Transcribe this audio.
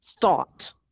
thought